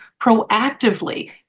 proactively